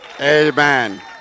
Amen